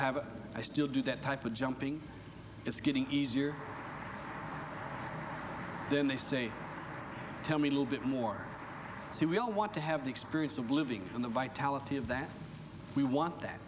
have i still do that type of jumping it's getting easier then they say tell me a little bit more so we all want to have the experience of living in the vitality of that we want that